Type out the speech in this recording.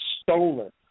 stolen